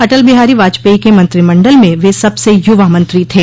अटल बिहारी वाजपेयी के मंत्रिमंडल में वे सबसे यूवा मंत्री थे